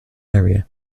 area